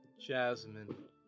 Jasmine